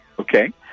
Okay